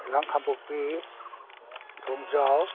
ꯑꯦꯂꯥꯡ ꯈꯥꯡꯄꯣꯛꯄꯤ ꯊꯣꯡꯖꯥꯎ